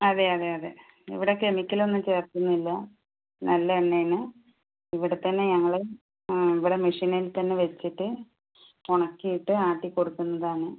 അതെ അതെ അതെ ഇവിടെ കെമിക്കൽ ഒന്നും ചേർക്കുന്നില്ല നല്ല എണ്ണയാണ് ഇവിടെത്തന്നെ ഞങ്ങള് ആ ഇവിടെ മെഷീനിൽ തന്നെ വെച്ചിട്ട് ഉണക്കീട്ട് ആട്ടി കൊടുക്കുന്നതാണ്